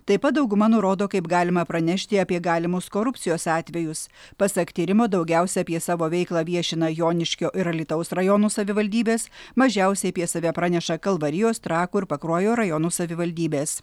taip pat dauguma nurodo kaip galima pranešti apie galimus korupcijos atvejus pasak tyrimo daugiausia apie savo veiklą viešina joniškio ir alytaus rajonų savivaldybės mažiausiai apie save praneša kalvarijos trakų ir pakruojo rajonų savivaldybės